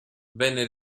venne